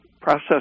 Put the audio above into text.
process